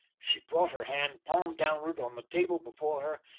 she brought her hand, palm downward on the table before her,